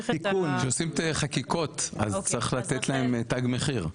כשעושים חקיקות אז צריך לתת להם תג מחיר.